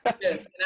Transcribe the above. Yes